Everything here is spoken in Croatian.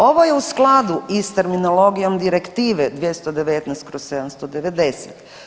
Ovo je u skladu i s terminologijom Direktive 219/790.